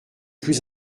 plus